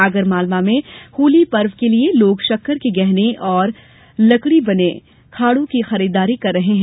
आगरमालवा में होली पर्व के लिए लोग शक्कर के गहने और लड़की बने खांडो की खरीददारी कर रहे हैं